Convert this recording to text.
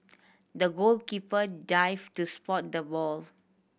the goalkeeper dived to spot the ball